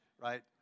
right